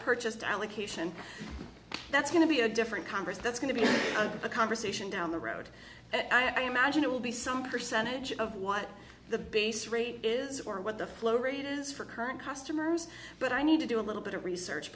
purchased allocation that's going to be a different congress that's going to be a conversation down the road and i imagine it will be some percentage of what the base rate is or what the flow rate is for current customers but i need to do a little bit of research